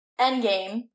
endgame